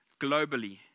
globally